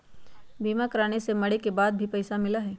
बीमा कराने से मरे के बाद भी पईसा मिलहई?